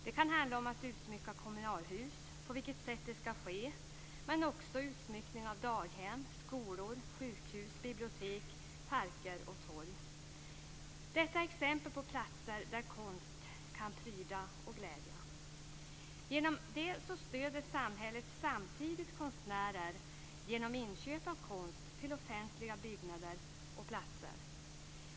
Det kan handla om att utsmycka kommunalhus - på vilket sätt det skall ske - men också om utsmyckning av daghem, skolor, sjukhus, bibliotek, parker och torg. Det här är exempel på platser där konst kan pryda och glädja. På det sättet stöder samhället samtidigt konstnärer genom inköp av konst till offentliga byggnader och platser.